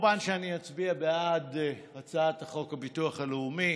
כמובן שאני אצביע בעד הצעת חוק הביטוח הלאומי.